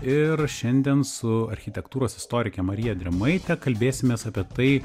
ir šiandien su architektūros istorike marija drėmaite kalbėsimės apie tai